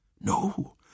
No